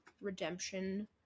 redemption